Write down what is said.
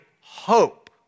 hope